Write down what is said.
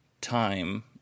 time